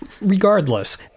regardless